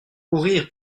courir